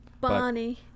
bonnie